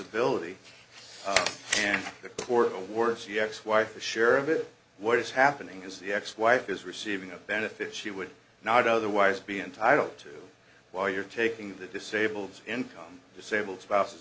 disability the court awards you ex wife a share of it what is happening is the ex wife is receiving the benefits you would not otherwise be entitled to while you're taking the disabled income disabled spouse's